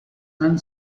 han